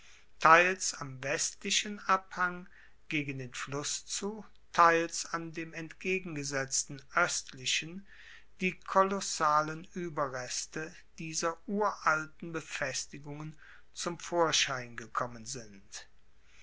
teils am westlichen abhang gegen den fluss zu teils an dem entgegengesetzten oestlichen die kolossalen ueberreste dieser uralten befestigungen zum vorschein gekommen sind